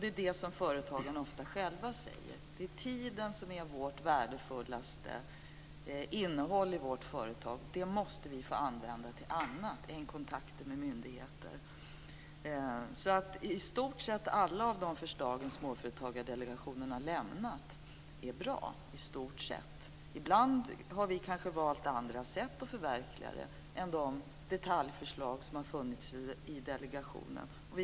Det är detta som företagarna ofta själva säger. Det är tiden som är det värdefullaste innehållet i företaget. De måste få använda den till annat än kontakter med myndigheter. I stort sett alla förslag som Småföretagsdelegationen har lämnat är bra. Ibland har vi kanske valt andra sätt att förverkliga det än de detaljförslag som har funnits i delegationens förslag.